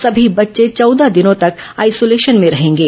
सभी बच्चे चौदह दिनों तक आइसोलेशन में रहेंगे